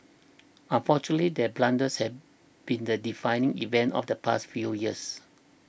unfortunately their blunders have been the defining event of the past few years